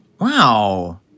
Wow